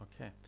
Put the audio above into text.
Okay